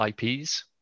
IPs